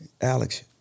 Alex